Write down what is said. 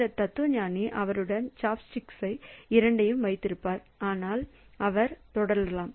இந்த தத்துவஞானி அவருடன் சாப்ஸ்டிக்ஸ் இரண்டையும் வைத்திருப்பார் அதனால் அவர் தொடரலாம்